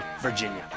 Virginia